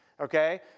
okay